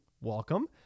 welcome